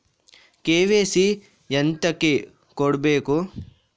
KYC ಎಂತಕೆ ಕೊಡ್ಬೇಕು?